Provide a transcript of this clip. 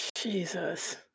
Jesus